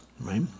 right